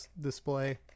display